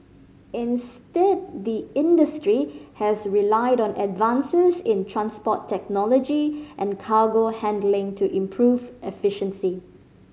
instead the industry has relied on advances in transport technology and cargo handling to improve efficiency